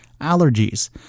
allergies